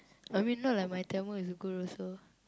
I mean not like my Tamil is good also